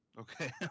Okay